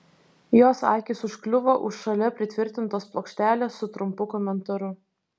jos akys užkliuvo už šalia pritvirtintos plokštelės su trumpu komentaru